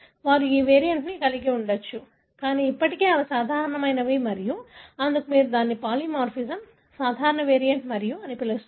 వారు ఈ వేరియంట్ కలిగి ఉండవచ్చు కానీ ఇప్పటికీ అవి సాధారణమైనవి మరియు అందుకే మీరు దీనిని పాలిమార్ఫిజం సాధారణ వేరియంట్ మరియు అని పిలుస్తారు